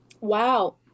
Wow